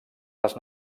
les